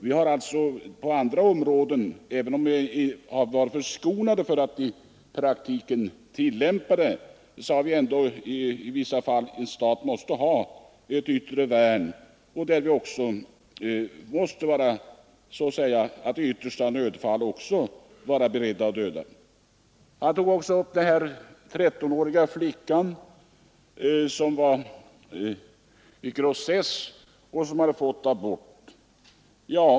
Visserligen har vi länge varit förskonade från att behöva göra detta, men en stat måste ha ett yttre värn där det också gäller att i yttersta nödfall vara beredd att döda. Herr Nilsson i Agnäs tog också upp fallet med den trettonåriga flickan som var i grossess och som fick abort.